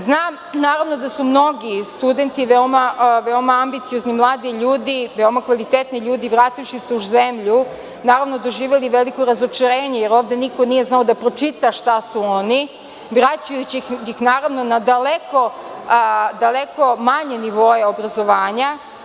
Znam naravno da su mnogi studenti veoma ambiciozni mladi ljudi, veoma kvalitetni ljudi, vrativši se u zemlju doživeli veliko razočarenje, jer ovde niko nije znao da pročita šta su oni, vraćajući na daleko manje nivoe obrazovanja.